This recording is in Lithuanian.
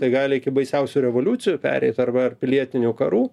tai gali iki baisiausių revoliucijų pereiti arba pilietinių karų